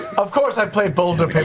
of course i've played boulder, paper,